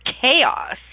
chaos